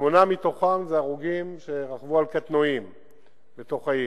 שמונה מתוכם הם הרוגים שרכבו על קטנועים בתוך העיר.